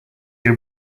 who